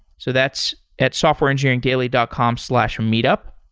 so that's at softwareengineeringdaily dot com slash meetup.